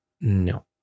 no